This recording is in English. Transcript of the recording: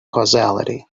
causality